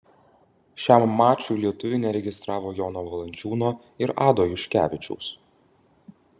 šiam mačui lietuviai neregistravo jono valančiūno ir ado juškevičiaus